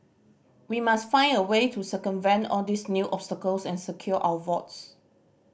we must find a way to circumvent all these new obstacles and secure our votes